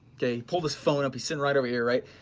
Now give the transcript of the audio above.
okay, he pulled his phone up, he's sitting right over here right